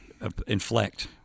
inflect